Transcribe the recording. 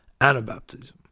Anabaptism